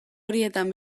horietan